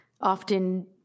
often